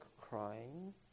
crying